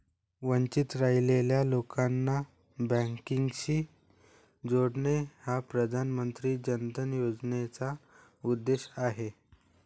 वंचित राहिलेल्या लोकांना बँकिंगशी जोडणे हा प्रधानमंत्री जन धन योजनेचा उद्देश आहे